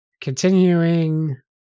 continuing